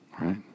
Right